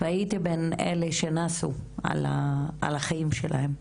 הייתי בין אלה שנסו על החיים שלהם,